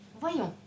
Voyons